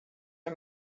are